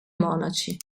monaci